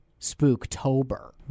Spooktober